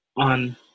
on